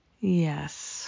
Yes